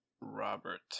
Robert